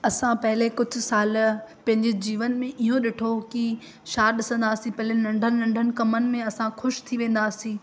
असां पहिले कुझु साल पंहिंजे जीवन में इहो ॾिठो की छा ॾिसंदा हुआसीं पहिले नंढनि नंढनि कमनि में असां ख़ुशि थी वेंदा हुआसीं